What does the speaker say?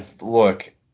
Look